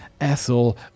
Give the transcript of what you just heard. Ethel